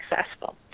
successful